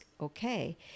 okay